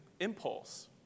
impulse